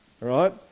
right